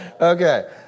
Okay